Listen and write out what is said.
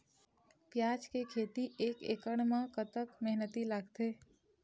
प्याज के खेती एक एकड़ म कतक मेहनती लागथे?